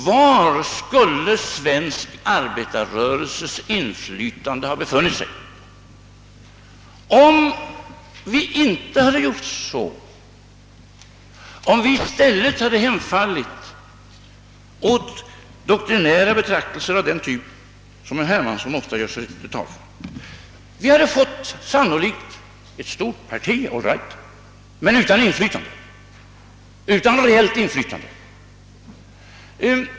Vilket skulle svensk arbetarrörelses inflytande ha varit, om vi inte hade gjort så — om vi i stället hade hemfallit åt doktrinära bekännelser av den typ som herr Hermansson ofta gör sig till talesman för? Vi hade sannolikt fått ett stort parti — all right — men utan reellt inflytande.